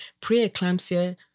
Preeclampsia